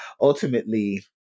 ultimately